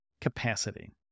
capacity